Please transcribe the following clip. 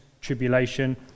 tribulation